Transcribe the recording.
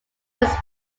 was